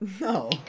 No